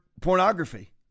pornography